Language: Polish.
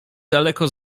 daleko